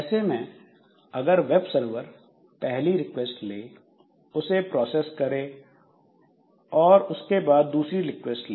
ऐसे में अगर वेब सर्वर पहली रिक्वेस्ट ले उसे प्रोसेस करें और उसके बाद दूसरी रिक्वेस्ट ले